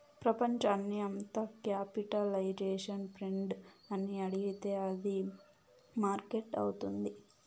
ప్రపంచాన్ని అంత capitalization friend అని అడిగితే అది మార్కెట్ అవుతుంది